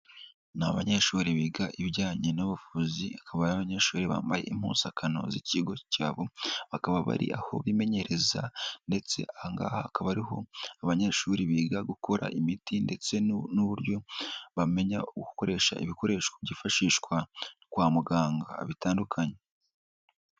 Ni abanyeshuri biga ibijyanye n'ubuvuzi, akaba ari abanyeshuri bambaye impuzakano z'ikigo cyabo, bakaba bari aho bimenyereza ndetse aha ngaha hakaba ariho abanyeshuri biga gukora imiti ndetse n'uburyo bamenya gukoresha ibikoresho byifashishwa kwa muganga bitandukanye.